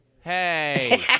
Hey